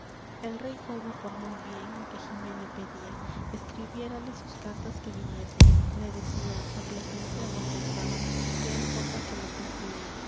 el rey hobo por muy bien lo que jimena pedía escrebiérale sus cartas que viniese le decía á plasencia donde estaba ques cosa que le cumplía